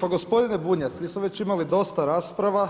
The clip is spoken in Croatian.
Pa gospodine Bunjac, mi smo već imali dosta rasprava